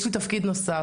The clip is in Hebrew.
יש לי תפקיד נוסף,